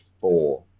four